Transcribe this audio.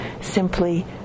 simply